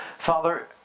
Father